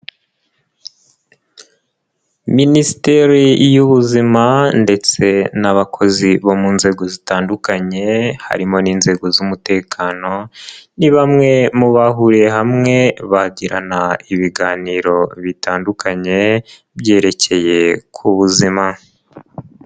Minisiteri y'ubuzima ndetse n'abakozi bo mu nzego zitandukanye, harimo n'inzego z'umutekano, ni bamwe mu bahuriye hamwe, bagirana ibiganiro bitandukanye byerekeye ku buzima.